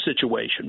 situation